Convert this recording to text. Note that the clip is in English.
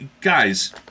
guys